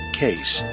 case